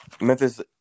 Memphis